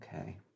Okay